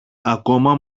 ακόμα